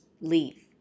leave